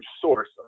source